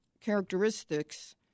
characteristics